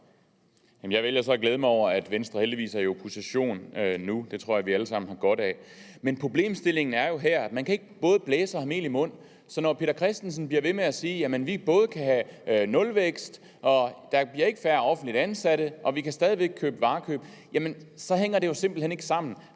Jeg vælger så at glæde mig over, at Venstre heldigvis er i opposition nu. Det tror jeg vi alle sammen har godt af. Men problemstillingen er jo, at man ikke både kan blæse og have mel i munden. Så når hr. Peter Christensen bliver ved med at sige, at vi kan have nulvækst, og der ikke bliver færre offentligt ansatte, og vi stadig væk kan købe varer, så hænger det jo simpelt hen ikke sammen.